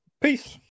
peace